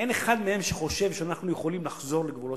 אין אחד מהם שחושב שאנחנו יכולים לחזור לגבולות